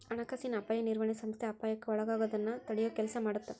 ಹಣಕಾಸಿನ ಅಪಾಯ ನಿರ್ವಹಣೆ ಸಂಸ್ಥೆ ಅಪಾಯಕ್ಕ ಒಳಗಾಗೋದನ್ನ ತಡಿಯೊ ಕೆಲ್ಸ ಮಾಡತ್ತ